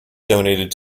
donated